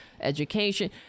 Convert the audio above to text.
education